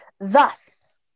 Thus